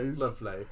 Lovely